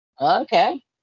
Okay